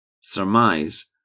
surmise